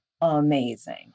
amazing